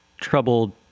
troubled